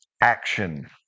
action